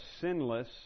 sinless